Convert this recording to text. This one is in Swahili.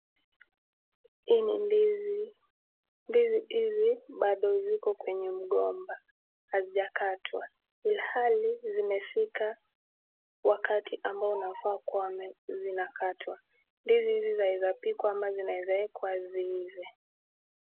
Hizi ni ndizi na ndizi hizi bado ziko kwenye mgomba hazijakatwa ilhali zimefikisha ule wakati amabao zinafaa kukatwa. Ndizi zaweza pikwa au kuwekwa ziive.